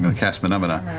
um cast mahna mahna.